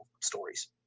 stories